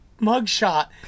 mugshot